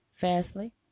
fastly